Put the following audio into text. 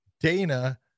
Dana